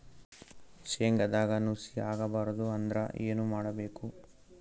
ಶೇಂಗದಾಗ ನುಸಿ ಆಗಬಾರದು ಅಂದ್ರ ಏನು ಮಾಡಬೇಕು?